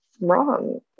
wrong